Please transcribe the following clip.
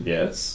Yes